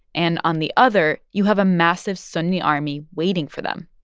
and on the other, you have a massive sunni army waiting for them.